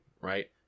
Right